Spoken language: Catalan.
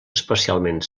especialment